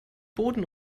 boden